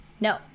No